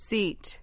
Seat